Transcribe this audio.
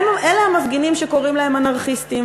אלה המפגינים שקוראים להם אנרכיסטים,